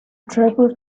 tribal